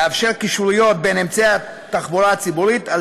לאפשר קישוריות בין אמצעי התחבורה הציבורית על